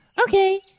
Okay